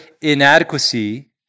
inadequacy